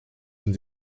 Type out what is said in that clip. sind